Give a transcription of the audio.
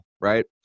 right